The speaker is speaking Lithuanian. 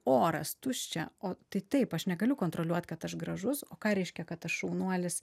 oras tuščia o tai taip aš negaliu kontroliuot kad aš gražus o ką reiškia kad aš šaunuolis